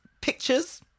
pictures